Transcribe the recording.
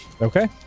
Okay